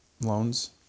loans